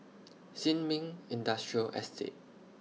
Sin Ming Industrial Estate